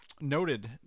Noted